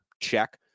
Check